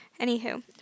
anywho